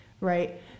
right